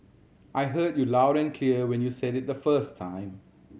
I heard you loud and clear when you said it the first time